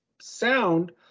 sound